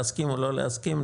להסכים או לא להסכים.